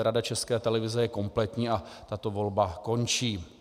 Rada České televize je kompletní a tato volba končí.